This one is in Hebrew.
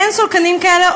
אין סולקנים כאלה,